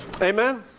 Amen